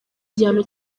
igihano